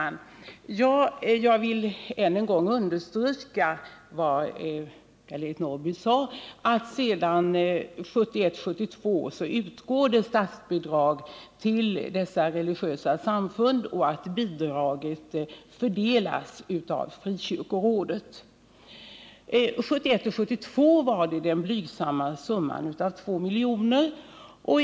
Herr talman! Jag vill än en gång understryka vad Karl-Eric Norrby sade, att sedan 1971 72 var det den blygsamma summan av 2 milj.kr.